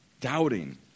doubting